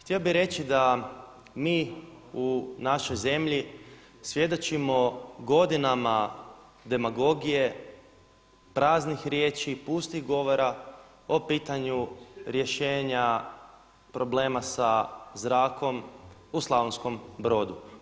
Htio bih reći da mi u našoj zemlji svjedočimo godinama demagogije praznih riječi, pustih govora o pitanju rješenja problema sa zrakom u Slavonskom Brodu.